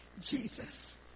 Jesus